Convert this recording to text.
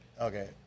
Okay